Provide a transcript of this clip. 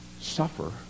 suffer